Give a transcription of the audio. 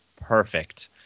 Perfect